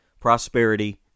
prosperity